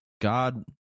God